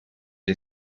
che